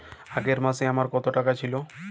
আগের মাসে আমার কত টাকা ছিল?